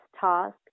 task